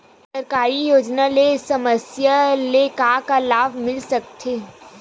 सरकारी योजना ले समस्या ल का का लाभ मिल सकते?